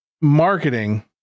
Marketing